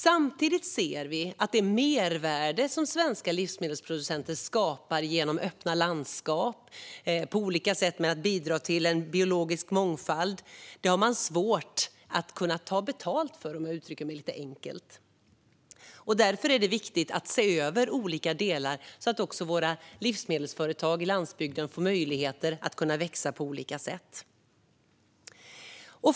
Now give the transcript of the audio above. Samtidigt ser vi att det mervärde som svenska livsmedelsproducenter skapar i form av öppna landskap och genom att på olika sätt bidra till biologisk mångfald är svårt att ta betalt för, om jag uttrycker mig lite enkelt. Därför är det viktigt att se över olika delar så att också våra livsmedelsföretag på landsbygden får möjligheter att växa på olika sätt.